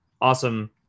awesome –